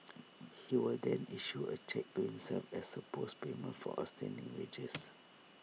he will then issue A cheque to himself as supposed payment for outstanding wages